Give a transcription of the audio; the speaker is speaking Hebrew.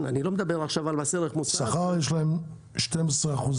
אני לא מדבר עכשיו על מס ערך מוסף --- שכר יש להם בערך 12 אחוזים